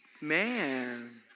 man